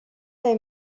they